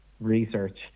research